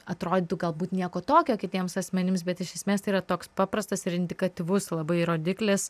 atrodytų galbūt nieko tokio kitiems asmenims bet iš esmės tai yra toks paprastas ir indikatyvus labai rodiklis